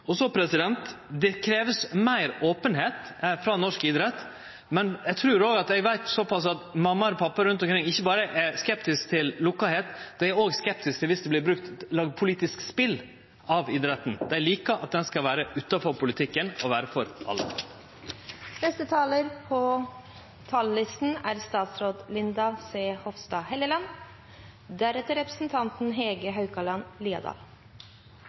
Og så krev det meir openheit frå norsk idrett. Men eg trur eg veit såpass at mammaer og pappaer rundt omkring ikkje berre er skeptiske til at det er lukka, dei er òg skeptiske til at det vert laga politisk spel av idretten. Dei liker at han skal vere utanfor politikken og vere for alle. Jeg har store ambisjoner på vegne av norsk kunst og kulturliv – ambisjoner som er